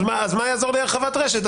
אז מה יעזור לי הרחבת רשת?